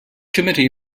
committee